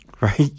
right